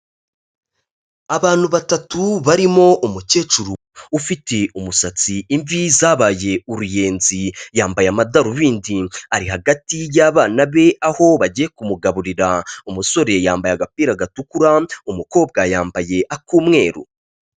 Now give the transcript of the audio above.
Abantu batatu barimo umukecuru ufite umusatsi imvi zabaye uruyenzi, yambaye amadarubindi ari hagati y'abana be aho bagiye kumugaburira, umusore yambaye agapira gatukura, umukobwa yambaye aku mweru.